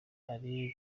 abari